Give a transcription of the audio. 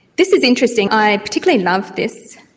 this is interesting. i particularly love this.